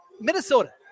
Minnesota